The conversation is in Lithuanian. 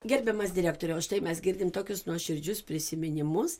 gerbiamas direktoriau štai mes girdim tokius nuoširdžius prisiminimus